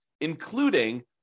including